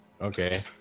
Okay